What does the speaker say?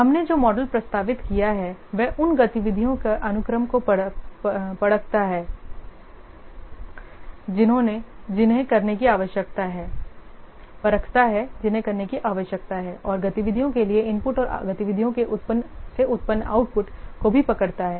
हमने जो मॉडल प्रस्तावित किया है वह उन गतिविधियों के अनुक्रम को पकड़ता है जिन्हें करने की आवश्यकता है और गतिविधियों के लिए इनपुट और गतिविधियों से उत्पन्न आउटपुट को भी पकड़ता है